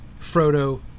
Frodo